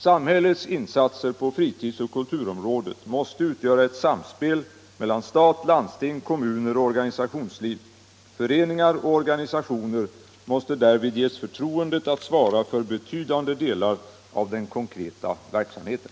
Samhällets insatser på fritidsoch kulturområdet måste utgöra ett samspel mellan stat, landsting, kommuner och organisationsliv. Föreningar och organisationer måste därvid ges förtroendet att svara för betydande delar av den konkreta verksamheten.